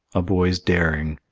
a boy's daring.